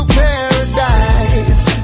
paradise